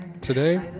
Today